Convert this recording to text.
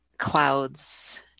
clouds